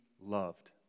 loved